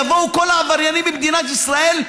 יבואו כל העבריינים במדינת ישראל,